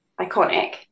iconic